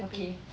okay